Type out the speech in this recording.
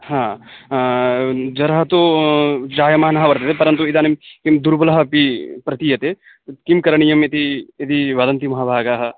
हा ज्वरः तु जायमानः वर्तते परन्तु इदानिं किं दुर्बलः अपि प्रतीयते किं करणीयम् इति यदि वदन्ति महाभागाः